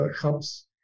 helps